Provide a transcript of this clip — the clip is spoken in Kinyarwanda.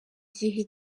gihe